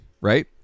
right